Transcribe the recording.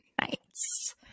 nights